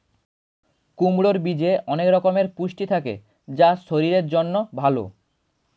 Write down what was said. কুমড়োর বীজে অনেক রকমের পুষ্টি থাকে যা শরীরের জন্য ভালো